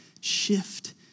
shift